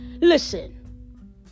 Listen